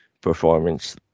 performance